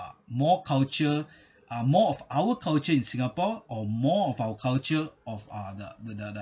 uh more culture uh more of our culture in singapore or more of our culture of uh the the the